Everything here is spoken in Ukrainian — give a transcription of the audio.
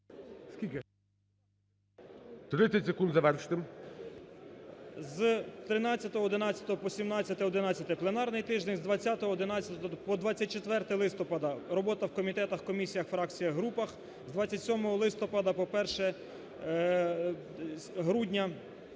30 секунд завершити. ПИНЗЕНИК П.В з 13.11 по 17.11 – пленарний тиждень; З 20.11 по 24 листопада – робота в комітетах, комісіях, фракціях, групах; з 27 листопада по 1 грудня